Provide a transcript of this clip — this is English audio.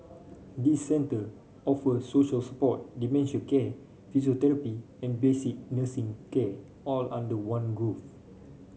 these centre offer social support dementia care physiotherapy and basic nursing care all under one roof